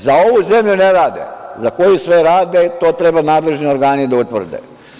Za ovu zemlju ne rade, za koju sve rade to treba nadležni organi da utvrde.